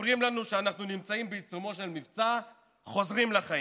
מספרים לנו שאנחנו נמצאים בעיצומו של מבצע "חוזרים לחיים".